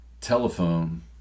telephone